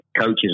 coaches